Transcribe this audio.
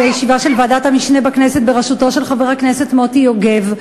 בישיבה של ועדת המשנה בכנסת בראשותו של חבר הכנסת מוטי יוגב,